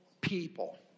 people